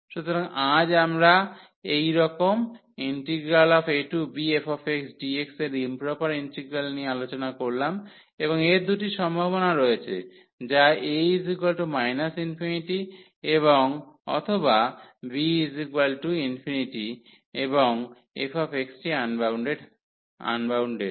সুতরাং আজ আমরা এই রকম abfxdx এর ইম্প্রপার ইন্টিগ্রাল নিয়ে আলোচনা করলাম এবং এর দুটি সম্ভাবনা রয়েছে যা a ∞ এবং অথবা b∞ এবং f টি আনবাউন্ডেড